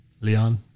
Leon